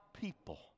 people